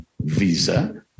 visa